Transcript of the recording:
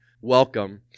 welcome